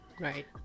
right